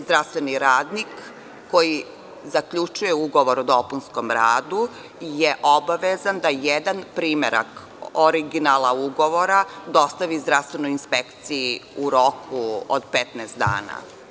Zdravstveni radnik koji zaključuje ugovor o dopunskom radu je obavezan da jedan primerak originala ugovora dostavi zdravstvenoj inspekciji u roku od 15 dana.